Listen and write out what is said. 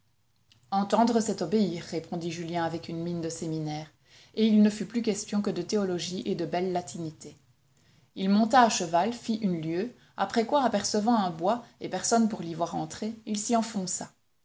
entendre c'est obéir répondit julien avec une mine de séminaire et il ne fut plus question que de théologie et de belle latinité il monta à cheval fit une lieue après quoi apercevant un bois et personne pour l'y voir entrer il s'y enfonça